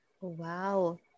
Wow